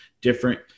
different